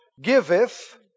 Giveth